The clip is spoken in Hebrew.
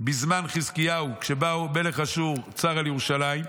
בזמן חזקיהו, כשמלך אשור צר על ירושלים,